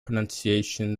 pronunciation